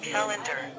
Calendar